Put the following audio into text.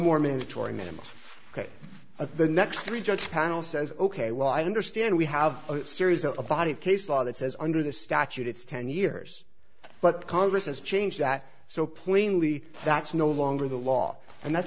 more mandatory minimum at the next three judge panel says ok well i understand we have a series of a body of case law that says under the statute it's ten years but congress has changed that so plainly that's no longer the law and that's